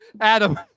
Adam